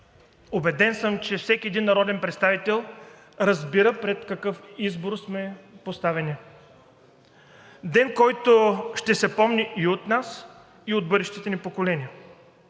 Убеден съм, че всеки един народен представител разбира пред какъв избор сме поставени. Ден, който ще се помни и от нас, и от бъдещите ни поколения,